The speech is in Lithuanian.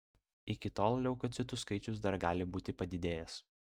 iki tol leukocitų skaičius dar gali būti padidėjęs